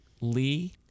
Lee